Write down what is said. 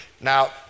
Now